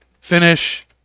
finish